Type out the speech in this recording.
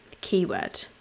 keyword